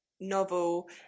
novel